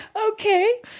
Okay